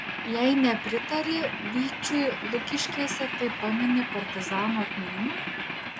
jei nepritari vyčiui lukiškėse tai pamini partizanų atminimą